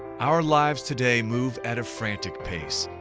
our lives today move at a frantic pace.